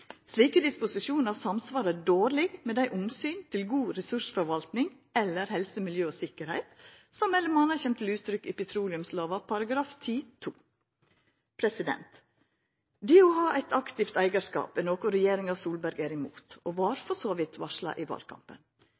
Slike disposisjonar samsvarar dårleg med dei omsyn til god ressursforvaltning eller helse, miljø og sikkerheit, som m.a. kjem til uttrykk i petroleumslova § 10-2. Det å ha eit aktivt eigarskap er noko regjeringa Solberg er imot, og det var for så vidt varsla i valkampen.